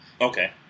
Okay